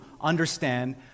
understand